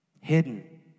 hidden